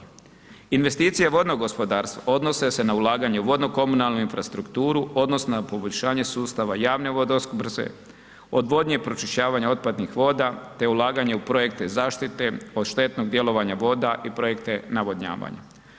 Investicije vodnog gospodarstva odnose se na ulaganje u vodnokomunalnu infrastrukturu odnosno na poboljšanje sustava javne vodoopskrbe, odvodnje, pročišćavanja otpadnih voda te ulaganje u projekte zaštite od štetnog djelovanja voda i projekte navodnjavanja.